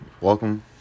Welcome